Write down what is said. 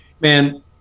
Man